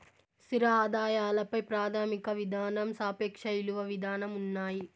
స్థిర ఆదాయాల పై ప్రాథమిక విధానం సాపేక్ష ఇలువ విధానం ఉన్నాయి